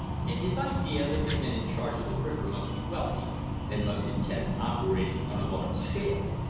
and his idea that the men in charge of the river must be wealthy and must intend operating on a large scale.